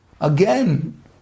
Again